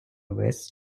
весь